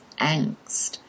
angst